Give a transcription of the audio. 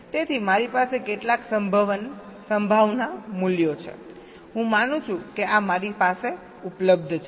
તેથી મારી પાસે કેટલાક સંભાવના મૂલ્યો છે હું માનું છું કે આ મારી સાથે ઉપલબ્ધ છે